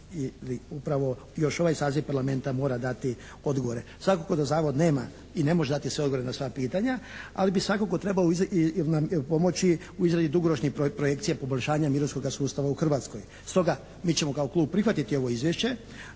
i upravo još ovaj saziv parlamenta mora dati odgovore. Svakako da zavod nema i ne može dati sve odgovore na sva pitanja ali svakako bi nam trebao pomoći u izradi dugoročnih projekcija poboljšanja mirovinskog sustava u Hrvatskoj. Stoga, mi ćemo kao klub prihvatiti ovo izvješće